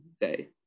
day